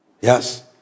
Yes